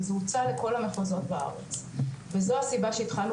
אבל זה הוצע לכל המחוזות בארץ וזו הסיבה שהתחלנו